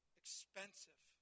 expensive